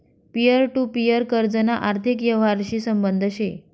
peer to peer कर्जना आर्थिक यवहारशी संबंध शे